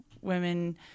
women